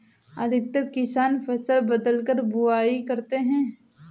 अधिकतर किसान फसल बदलकर बुवाई करते है